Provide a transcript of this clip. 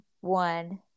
one